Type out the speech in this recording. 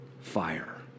fire